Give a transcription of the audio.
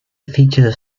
features